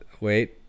wait